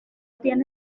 tiene